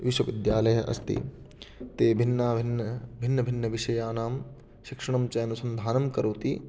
विश्वविद्यालयः अस्ति ते भिन्नभिन्नभिन्नभिन्नविषयाणां शिक्षणं चानुसन्धानं करोति